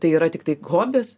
tai yra tiktai hobis